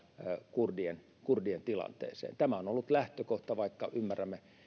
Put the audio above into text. kurdien kurdien tilanteeseen tämä on ollut lähtökohta ymmärrämme